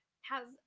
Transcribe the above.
has-